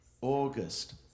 August